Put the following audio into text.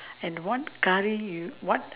and what curry you what